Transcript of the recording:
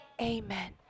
amen